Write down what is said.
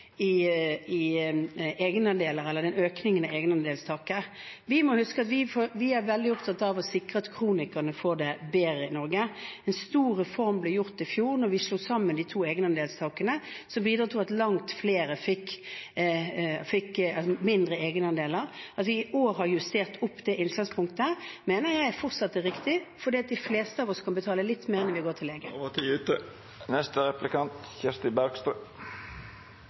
Norge. En stor reform ble gjort i fjor da vi slo sammen de to egenandelstakene, som bidro til at langt flere fikk lavere egenandeler. At vi i år har justert opp det innslagspunktet, mener jeg fortsatt er riktig, fordi de fleste av oss kan betale litt mer når vi går til legen. Representanten Solberg brukte sitt innlegg på å se tilbake, mens veldig mange mennesker nå kan se framover, mot en lysere tid.